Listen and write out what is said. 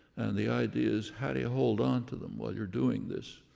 and the idea is how do you hold onto them while you're doing this?